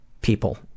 people